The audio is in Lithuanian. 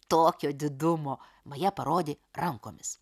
tokio didumo maja parodė rankomis